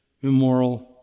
immoral